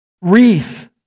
wreath